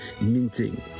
minting